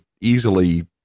easily